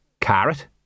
Carrot